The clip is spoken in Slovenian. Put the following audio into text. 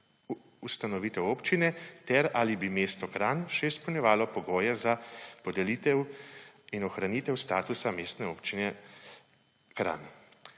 ustanovitev občine ter ali bi mesto Kranj še izpolnjevalo pogoje za podelitev in ohranitev statusa Mestne občine Kranj.